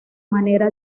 manera